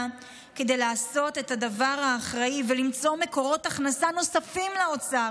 כדי לעשות את הדבר האחראי ולמצוא מקורות הכנסה נוספים לאוצר,